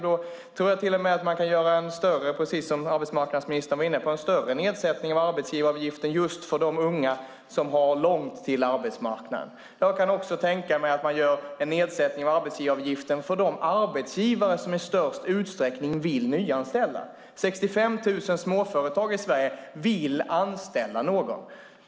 Jag tror till och med att man kan göra en större nedsättning av arbetsgivaravgiften, precis som arbetsmarknadsministern var inne på, just för de unga som har långt till arbetsmarknaden. Jag kan också tänka mig att man gör en nedsättning av arbetsgivaravgiften för de arbetsgivare som i störst utsträckning vill nyanställa. Det är 65 000 småföretag i Sverige som vill nyanställa någon.